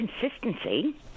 consistency